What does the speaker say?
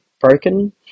broken